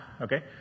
okay